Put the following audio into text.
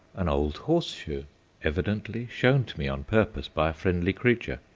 an old horseshoe evidently shown to me on purpose by a friendly creature.